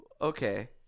Okay